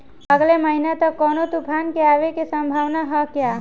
अगले महीना तक कौनो तूफान के आवे के संभावाना है क्या?